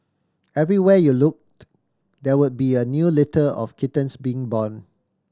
everywhere you looked there would be a new litter of kittens being born